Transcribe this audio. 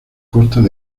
costas